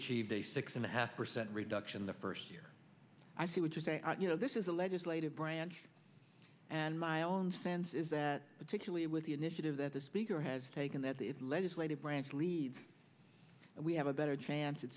achieved a six and a half percent reduction the first year i see which is you know this is a legislative branch and my own sense is that particularly with the initiative that the speaker has taken that the legislative branch leads we have a better chance it